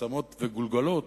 עצמות וגולגלות,